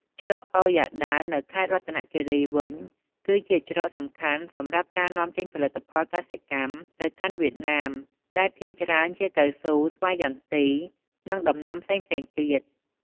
ច្រកអូរយ៉ាដាវ នៅខេត្តរតនគិរីវិញ គឺជាច្រកសំខាន់សម្រាប់ការនាំចេញផលិតផលកសិកម្មទៅកាន់វៀតណាម ដែលភាគច្រើនជាកៅស៊ូ ស្វាយចន្ទី និងដំណាំផ្សេងៗទៀត។